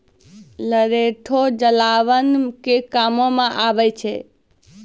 लरैठो जलावन के कामो मे आबै छै